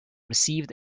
received